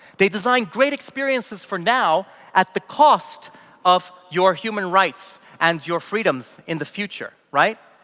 they design great experiences for now at the cost of your human rights and your freedom in the future, right?